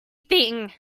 thing